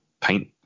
paint